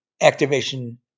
activation